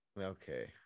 Okay